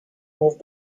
moved